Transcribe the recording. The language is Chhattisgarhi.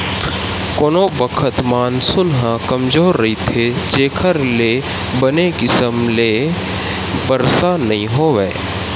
कोनो बखत मानसून ह कमजोर रहिथे जेखर ले बने किसम ले बरसा नइ होवय